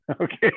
Okay